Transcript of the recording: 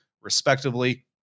respectively